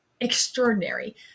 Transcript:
extraordinary